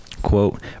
quote